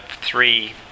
three